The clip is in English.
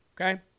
Okay